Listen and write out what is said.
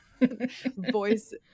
voice